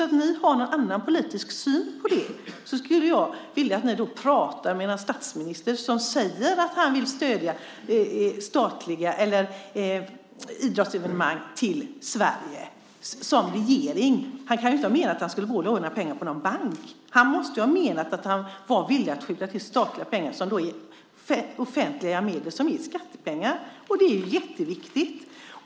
Om ni har en annan politisk syn på det vill jag att ni pratar med statsministern som säger att han och regeringen vill stödja idrottsevenemang till Sverige. Han kan ju inte ha menat att han skulle låna pengar på banken. Han måste ha menat att han var villig att skjuta till statliga pengar som är skattepengar. Det är jätteviktigt.